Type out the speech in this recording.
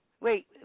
Wait